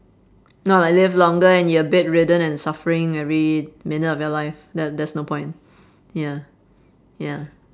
not like live longer and you're bedridden and suffering every minute of your life that that's no point ya ya